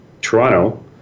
Toronto